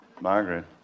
Margaret